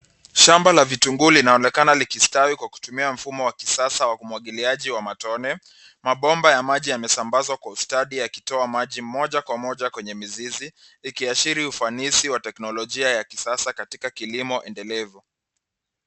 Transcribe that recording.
Shamba la kitunguu linaonekana likistawi kwa kutumia mfumo wa kisasa wa umwangiliaji wa matone. Mabomba ya maji yamesambazwa kwa ustadi yakitoa maji moja kwa moja kwenye mizizi ikiashiri ufanisi wa teknolojia ya kisasa katika kilimo endelevu.